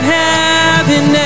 heaven